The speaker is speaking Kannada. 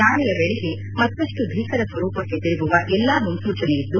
ನಾಳೆಯ ವೇಳೆಗೆ ಮತ್ತಷ್ಟು ಭೀಕರ ಸ್ವರೂಪಕ್ಕೆ ತಿರುಗುವ ಎಲ್ಲಾ ಮುನ್ಲೂಚನೆ ಇದ್ದು